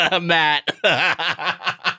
Matt